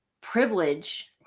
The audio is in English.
privilege